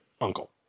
uncle